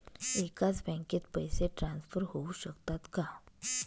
एकाच बँकेत पैसे ट्रान्सफर होऊ शकतात का?